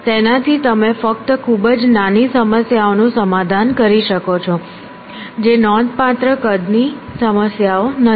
તેનાથી તમે ફક્ત ખૂબ જ નાની સમસ્યાઓનું સમાધાન કરી શકો છો જે નોંધપાત્ર કદની સમસ્યાઓ નથી